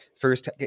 first